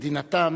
מדינתן